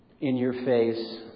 in-your-face